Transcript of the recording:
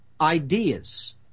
ideas